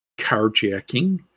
carjacking